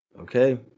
Okay